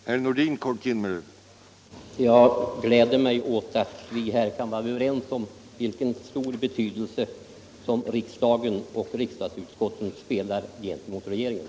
Herr talman! Jag gläder mig åt att vi här kan vara överens om vilken stor betydelse som riksdagens och ett riksdagsutskotts mening har inför regeringen.